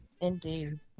Indeed